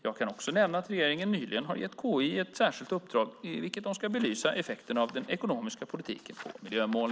Jag kan också nämna att regeringen nyligen har gett KI ett särskilt uppdrag i vilket de ska belysa effekten av ekonomisk politik på miljömål.